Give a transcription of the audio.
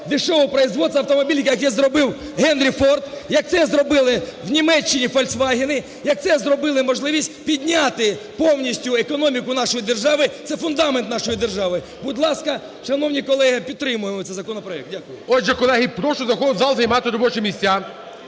дешевогопроизводства автомобілів, яке зробив Генрі Форд, як це зробили в Німеччині "Фольксвагени", як це зробили можливість підняти повністю економіку нашої держави, це фундамент нашої держави. Будь ласка, шановні колеги, підтримаємо цей законопроект. Дякую. ГОЛОВУЮЧИЙ. Отже, колеги, прошу заходити в зал, займати робочі місця.